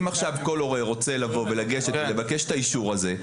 אם עכשיו כל הורה רוצה לבוא ולגשת ולבקש את האישור הזה,